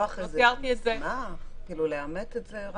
צריך לשלוח איזה מסמך כדי לאמת את זה?